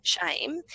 shame